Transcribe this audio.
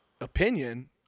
opinion